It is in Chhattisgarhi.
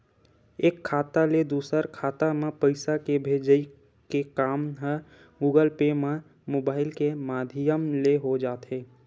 एक खाता ले दूसर खाता म पइसा के भेजई के काम ह गुगल पे म मुबाइल के माधियम ले हो जाथे